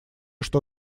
что